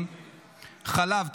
חלב,